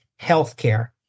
healthcare